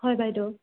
হয় বাইদেউ